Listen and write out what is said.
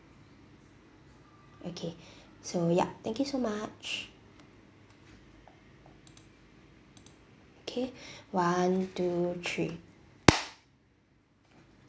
okay so yup thank you so much okay one two three